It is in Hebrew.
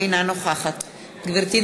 אינה נוכחת גברתי,